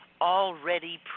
already